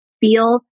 feel